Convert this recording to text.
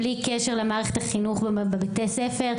בלי קשר למערכת החינוך ובתי הספר,